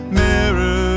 mirror